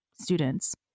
students